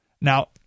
Now